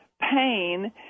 pain